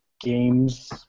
games